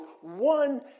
one